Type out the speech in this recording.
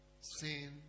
Sin